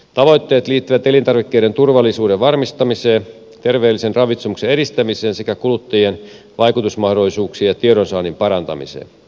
tavoitteet liittyvät elintarvikkeiden turvallisuuden varmistamiseen terveellisen ravitsemuksen edistämiseen sekä kuluttajien vaikutusmahdollisuuksien ja tiedonsaannin parantamiseen